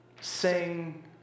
Sing